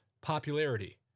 Popularity